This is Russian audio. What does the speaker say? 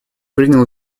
принял